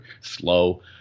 slow